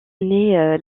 est